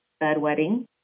bedwetting